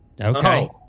Okay